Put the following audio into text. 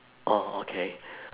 orh okay